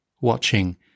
watching